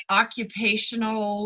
occupational